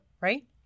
right